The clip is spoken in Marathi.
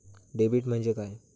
डेबिट म्हणजे काय?